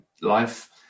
life